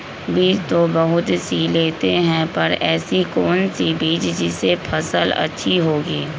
बीज तो बहुत सी लेते हैं पर ऐसी कौन सी बिज जिससे फसल अच्छी होगी?